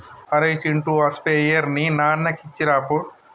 అరేయ్ చింటూ ఆ స్ప్రేయర్ ని నాన్నకి ఇచ్చిరాపో